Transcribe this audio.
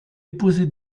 déposé